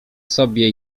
sobie